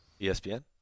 ESPN